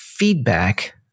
feedback